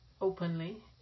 openly